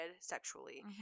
sexually